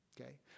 okay